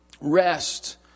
rest